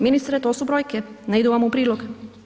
Ministre to su brojke, ne idu vam u prilog.